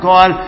God